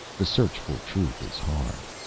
the search for truth is hard.